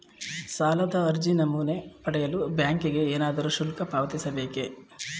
ಸಾಲದ ಅರ್ಜಿ ನಮೂನೆ ಪಡೆಯಲು ಬ್ಯಾಂಕಿಗೆ ಏನಾದರೂ ಶುಲ್ಕ ಪಾವತಿಸಬೇಕೇ?